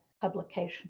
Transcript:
publication